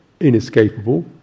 inescapable